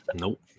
Nope